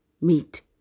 meet